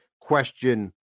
question